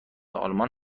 آلمان